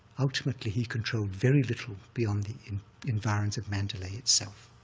ultimately, he controlled very little beyond the environs of mandalay itself,